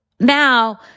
Now